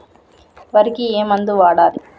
వరికి ఏ మందు వాడాలి?